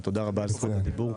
ותודה רבה על זכות הדיבור.